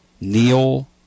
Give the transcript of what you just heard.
Neil